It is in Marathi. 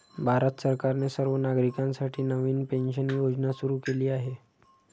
भारत सरकारने सर्व नागरिकांसाठी नवीन पेन्शन योजना सुरू केली आहे